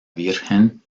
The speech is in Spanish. virgen